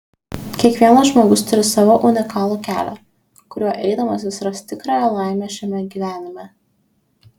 kiekvienas žmogus turi savo unikalų kelią kuriuo eidamas jis ras tikrąją laimę šiame gyvenime